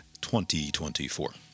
2024